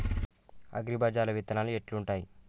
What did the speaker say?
అగ్రిబజార్ల విత్తనాలు ఎట్లుంటయ్?